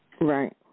Right